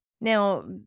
now